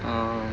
uh